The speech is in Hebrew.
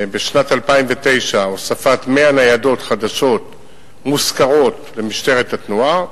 בשנת 2009 הוספת 100 ניידות חדשות מושכרות למשטרת התנועה,